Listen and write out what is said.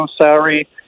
salary